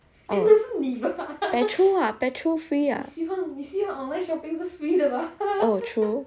petrol ah petrol free ah oh true